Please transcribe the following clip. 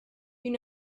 you